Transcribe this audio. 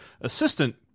assistant